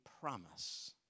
promise